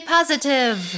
Positive